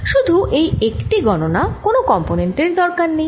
শুধু এই একটি গণনা কোন কম্পোনেন্ট এর দরকার নেই